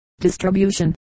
distribution